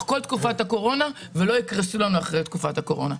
כל תקופת הקורונה ולא יקרסו לנו אחרי תקופת הקורונה.